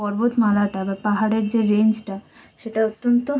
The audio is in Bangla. পর্বতমালাটা বা পাহাড়ের যে রেঞ্জটা সেটা অত্যন্ত